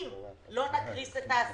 אם לא נקריס את העסקים,